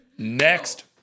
Next